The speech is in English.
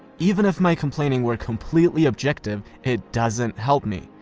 even if my complaining were completely objective, it doesn't help me.